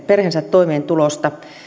perheensä toimeentulosta